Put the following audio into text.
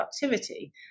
productivity